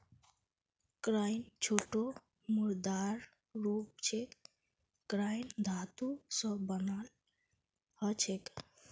coin छोटो मुद्रार रूप छेक कॉइन धातु स बनाल ह छेक